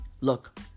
look